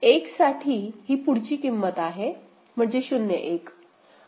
एक साठी ही पुढची किंमत आहे म्हणजे 0 1